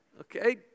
Okay